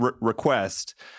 request